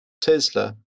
Tesla